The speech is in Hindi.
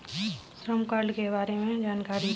श्रम कार्ड के बारे में जानकारी दें?